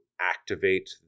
activate